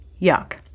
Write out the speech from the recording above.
yuck